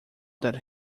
that